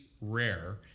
rare